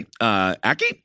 Aki